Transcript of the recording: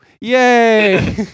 yay